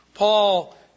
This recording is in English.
Paul